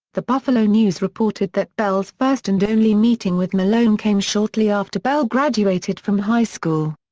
the buffalo news reported that bell's first and only meeting with malone came shortly after bell graduated from high school.